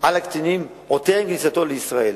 על הקטינים עוד טרם כניסתו לישראל.